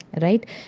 right